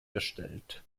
gestellt